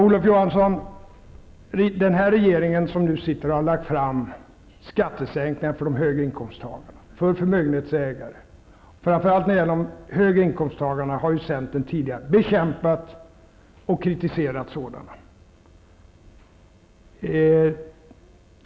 Den regering som nu sitter, Olof Johansson, har lagt fram förslag till skattesänkningar för höginkomsttagarna, för förmögenhetsägarna. Tidigare har centern bekämpat och kritiserat detta, framför allt när det gäller höginkomsttagarna.